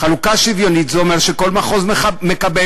חלוקה שוויונית זה אומר שכל מחוז מקבל,